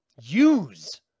Use